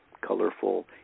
colorful